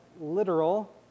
literal